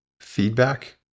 feedback